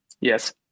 Yes